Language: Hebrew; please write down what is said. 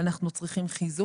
אנחנו צריכים חיזוק.